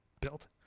built